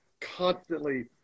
constantly